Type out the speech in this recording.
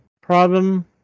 problem